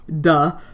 duh